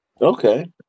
okay